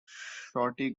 shorty